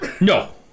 No